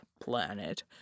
planet